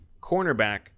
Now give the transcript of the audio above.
cornerback